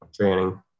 training